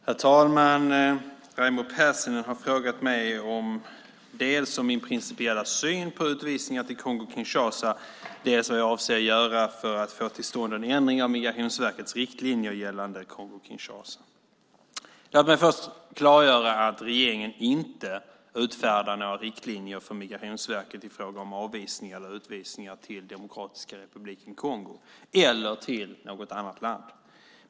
Herr talman! Raimo Pärssinen har frågat mig dels om min principiella syn på utvisningar till Kongo-Kinshasa, dels vad jag avser att göra för att få till stånd en ändring av Migrationsverkets riktlinjer gällande Kongo-Kinshasa. Låt mig först klargöra att regeringen inte utfärdar några riktlinjer för Migrationsverket i fråga om avvisningar eller utvisningar till Demokratiska republiken Kongo eller till något annat land.